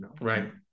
right